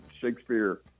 Shakespeare